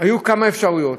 היו כמה אפשרויות,